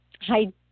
Hi